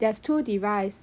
there's two device